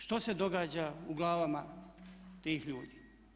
Što se događa u glavama tih ljudi?